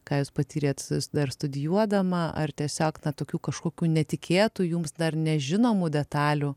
ką jūs patyrėt dar studijuodama ar tiesiog na tokių kažkokių netikėtų jums dar nežinomų detalių